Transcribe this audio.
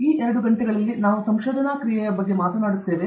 ಆದ್ದರಿಂದ ಈ ಎರಡು ಗಂಟೆಗಳಲ್ಲಿ ನಾವು ಸಂಶೋಧನಾ ಕ್ರಿಯೆಯ ಬಗ್ಗೆ ಮಾತನಾಡುತ್ತೇವೆ